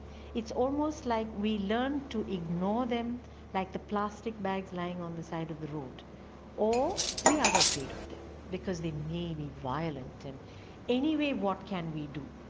it's almost like we learn to ignore them like the plastic bags lying on the side of the road or we are afraid of them because they may be violent. and anyway, what can we do?